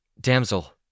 Damsel